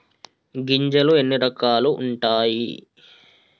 గింజలు ఎన్ని రకాలు ఉంటాయి?